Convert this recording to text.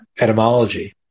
etymology